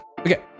Okay